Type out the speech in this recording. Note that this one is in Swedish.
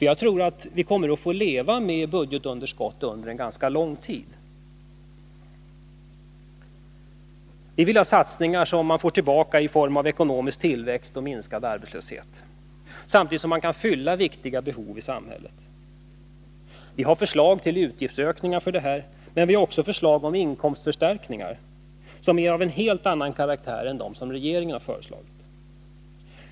Jag tror att vi nog får leva med budgetunderskott under en ganska lång tid framöver. Vi vill ha satsningar som ger något tillbaka i form av ekonomisk tillväxt och minskad arbetslöshet, samtidigt som viktiga behov i samhället kan fyllas. Vi har förslag om utgiftsökningar för dessa ändamål, men vi har också förslag om inkomstförstärkningar som är av helt annan karaktär än de som regeringen föreslår.